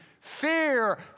fear